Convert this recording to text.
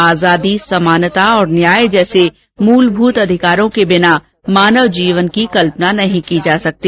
आजादी समानता और न्याय जैसे मूलभूत अधिकारों के बिना मानव तो जीवन की कल्पना भी नहीं की जा सकती